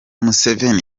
museveni